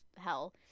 hell